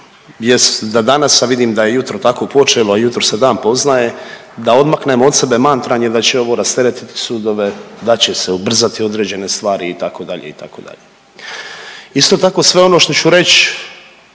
da danas, a vidim da je jutro tako počelo, jutro se dan poznaje, da odmaknemo od sebe mantranje da će ovo rasteretiti sudove, da će se ubrzati određene stvari, itd., itd. Isto tako, sve ono što ću reći